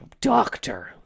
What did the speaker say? Doctor